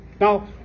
Now